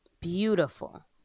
Beautiful